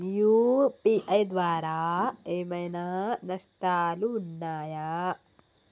UPI ద్వారా ఏమైనా నష్టాలు ఉన్నయా?